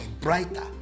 brighter